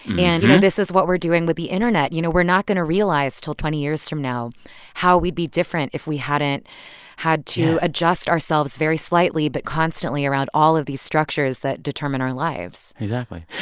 and, you know, this is what we're doing with the internet. you know, we're not going to realize until twenty years from now how we'd be different if we hadn't had to. yeah. adjust ourselves very slightly but constantly around all of these structures that determine our lives exactly.